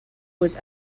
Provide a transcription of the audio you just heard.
was